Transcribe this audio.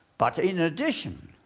but in addition,